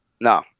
no